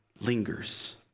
lingers